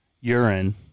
Urine